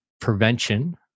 prevention